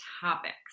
topics